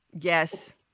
Yes